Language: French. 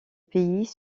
pays